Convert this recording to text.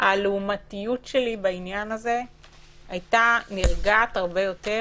הלעומתיות שלי הייתה נרגעת הרבה יותר